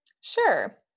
Sure